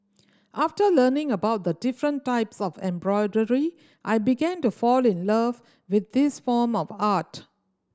after learning about the different types of embroidery I began to fall in love with this form of art